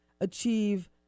achieve